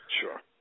Sure